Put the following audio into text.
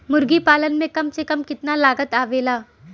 मुर्गी पालन में कम से कम कितना लागत आवेला?